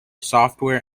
software